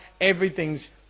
Everything's